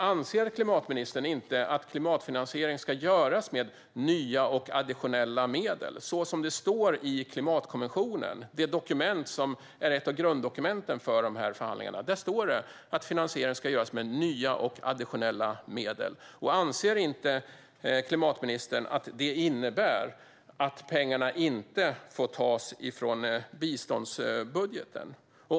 Anser ministern inte att klimatfinansiering ska göras med nya och additionella medel, så som det står i klimatkonventionen? Detta är ju ett av grunddokumenten för dessa förhandlingar, och i det står att finansiering ska göras med nya och additionella medel. Anser klimatministern inte att det innebär att pengarna inte får tas från biståndsbudgeten?